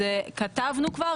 כתבנו כבר,